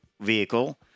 vehicle